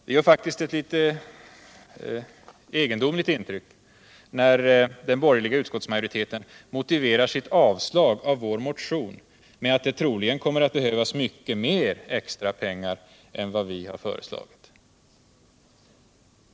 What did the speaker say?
Det gör faktiskt ett litet egendomligt intryck när den borgerliga utskottsmajoriteten motiverar sitt avstyrkande av vår motion med att det troligen kommer att behövas mycket mer extrapengar än vad vi har föreslagit.